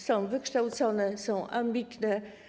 Są wykształcone, ambitne.